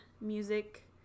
Music